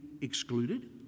excluded